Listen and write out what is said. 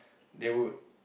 they would